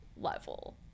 level